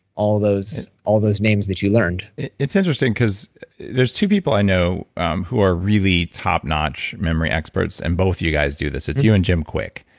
all those all those names that you learned it's interesting because there's two people i know um who are really top notch memory experts, and both you guys do this. it's you and jim quick.